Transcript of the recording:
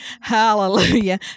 Hallelujah